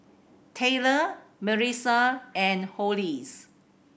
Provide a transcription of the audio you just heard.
Taylor Marissa and Hollis